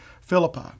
Philippi